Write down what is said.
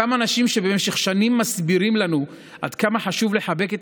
אותם אנשים שבמשך שנים מסבירים לנו עד כמה חשוב לחבק את